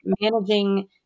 managing